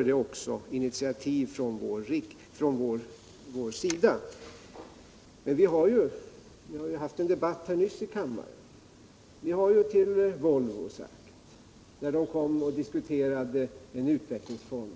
I det här sammanhanget vill jag upprepa det som också framgick av den tidigare debatten här i kammaren, nämligen att vi, när Volvo kom och diskuterade en utvecklingsfond,